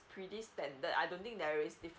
pretty standard I don't think there is different